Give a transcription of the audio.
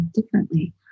differently